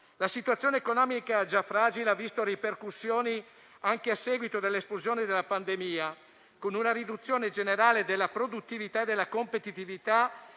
situazione economica ha subito ripercussioni anche a seguito dell'esplosione della pandemia, con una riduzione generale della produttività e della competitività